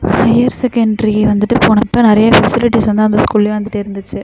higher secondary வந்துட்டு போனப்போ நிறைய ஃபெசிலிட்டிஸ் வந்து அந்த ஸ்கூல்லேயே வந்துட்டு இருந்துச்சு